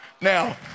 Now